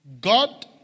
God